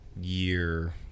year